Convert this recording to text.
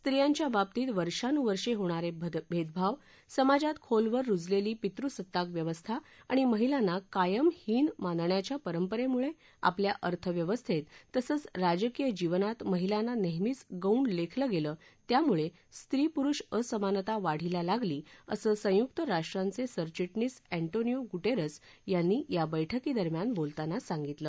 स्त्रियांच्या बाबतीत वर्षानुवर्षे होणार भेदभाव समाजात खोलवर रुजलेली पितृसत्ताक व्यवस्था आणि महिलांना कायम हीन मानण्याच्या परंपरेमुळे आपल्या अर्थव्यवस्थेत तसंच राजकीय जीवनात महिलांना नेहमीच गौण लेखलं गेलं त्यामुळे स्त्री पुरुष असमानता वाढीला लागली असं संयुक्त राष्ट्रांचे सरविटणीस एंटोनियो गुटेरस यांनी या बैठकीदरम्यान बोलताना सांगितलं